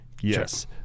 Yes